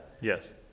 yes